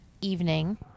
evening